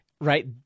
right